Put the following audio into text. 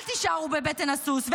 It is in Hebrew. אל תישארו בבטן הסוס,